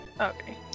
Okay